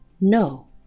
no